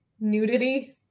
nudity